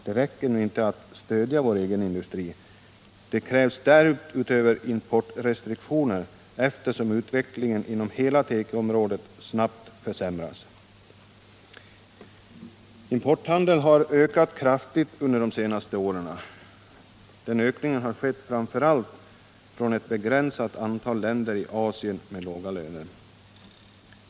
Det räcker nu inte att stödja vår egen industri, det krävs därutöver importrestriktioner eftersom utvecklingen inom hela tekoområdet snabbt försämrats. Importhandeln har ökat kraftigt under de senaste åren. Den ökningen har skett framför allt från ett begränsat antal länder i Asien med låga löner.